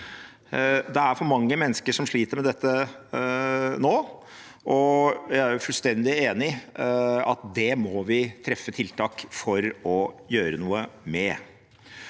Det er for mange mennesker som sliter med dette nå, og jeg er fullstendig enig i at vi må treffe tiltak for å gjøre noe med